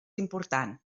important